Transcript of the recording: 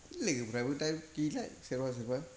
लोगोफोराबो दा गैला सोरबा सोरबा